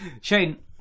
Shane